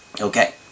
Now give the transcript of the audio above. Okay